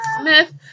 smith